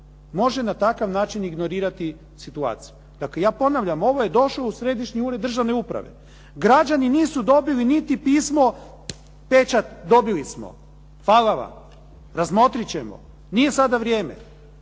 može na takav način ignorirati situaciju? Dakle ja ponavljam, ovo je došlo u Središnji ured državne uprave. Građani nisu dobili niti pismo, pečat dobili smo, hvala vam. Razmotrit ćemo. Nije sada vrijeme.